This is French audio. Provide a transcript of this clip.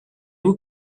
vous